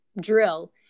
drill